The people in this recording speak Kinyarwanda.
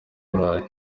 burayi